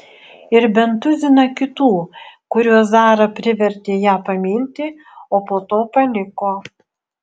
ir bent tuziną kitų kuriuos zara privertė ją pamilti o po to paliko